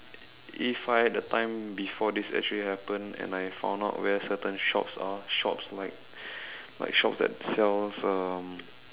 if I had the time before this actually happen and I found out where certain shops are shops like like shops that sells um